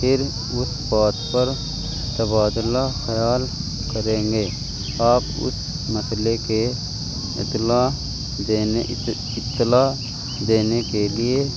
پھر اس بات پر تبادلہ خیال کریں گے آپ اس مسئلے کے اطلاع دینے اطلاع دینے کے لیے